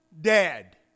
dead